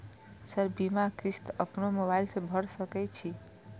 Sir बीमा किस्त अपनो मोबाईल से भर सके छी?